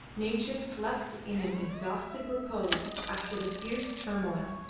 nature slept in an exhausted repose after the fierce turmoil,